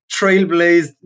trailblazed